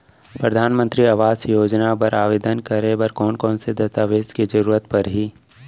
परधानमंतरी आवास योजना बर आवेदन करे बर कोन कोन से दस्तावेज के जरूरत परही?